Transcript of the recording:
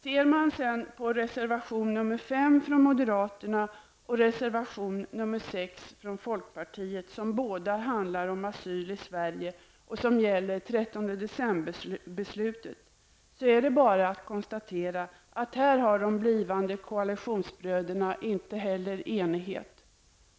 Ser man på reservation nr 5 från moderaterna och reservation nr 6 från folkpartiet som båda handlar om asyl i Sverige och som gäller 13 decemberbeslutet så är det bara att konstatera att här är de blivande koalitionsbröderna inte heller eniga.